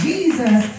Jesus